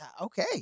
okay